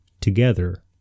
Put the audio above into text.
together